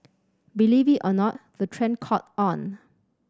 believe it or not the trend caught on